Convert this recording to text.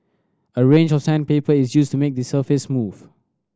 a range of sandpaper is used to make the surface smooth